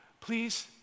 please